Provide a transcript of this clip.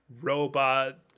robot